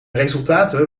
resultaten